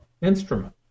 instrument